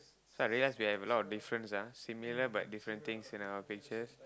so I realise we have a lot of difference ah similar but different things in our pictures